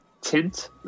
tint